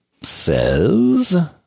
says